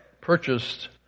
purchased